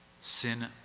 Sin